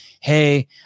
hey